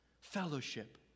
fellowship